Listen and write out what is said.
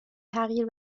تغییر